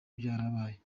byarabaye